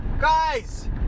Guys